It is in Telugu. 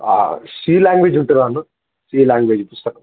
సి లాంగ్వేజ్ ఉంటుందా అన్నా సి లాంగ్వేజ్ పుస్తకం